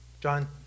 John